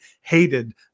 hated